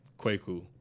Kwaku